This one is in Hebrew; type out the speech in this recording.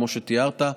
כמו שתיארת,